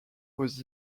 aux